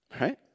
Right